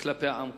כלפי העם כולו.